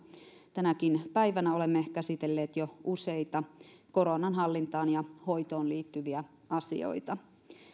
tänäkin päivänä olemme käsitelleet jo useita koronan hallintaan ja hoitoon liittyviä asioita